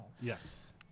Yes